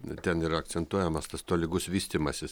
ten yra akcentuojamas tas tolygus vystymasis